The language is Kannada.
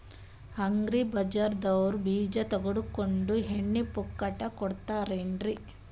ಅಗ್ರಿ ಬಜಾರದವ್ರು ಬೀಜ ತೊಗೊಂಡ್ರ ಎಣ್ಣಿ ಪುಕ್ಕಟ ಕೋಡತಾರೆನ್ರಿ?